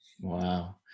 Wow